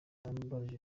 naramubajije